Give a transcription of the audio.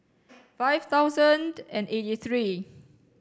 five thousand and eighty three